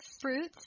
fruits